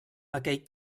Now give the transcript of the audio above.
aquell